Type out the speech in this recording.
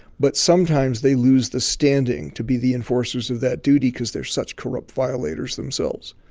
but sometimes they lose the standing to be the enforcers of that duty because they're such corrupt violators themselves.